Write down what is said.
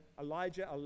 Elijah